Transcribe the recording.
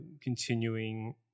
continuing